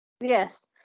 Yes